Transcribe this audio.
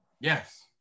Yes